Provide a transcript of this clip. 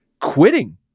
quitting